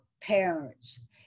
parents